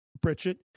Pritchett